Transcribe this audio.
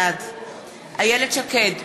בעד איילת שקד,